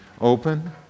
open